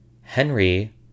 Henry